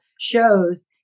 shows